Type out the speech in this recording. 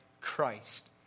Christ